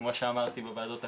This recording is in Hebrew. כמו שאמרתי בוועדות הקודמות,